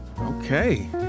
Okay